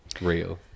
real